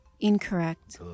Incorrect